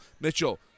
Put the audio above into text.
Mitchell